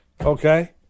okay